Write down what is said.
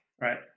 right